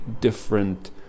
different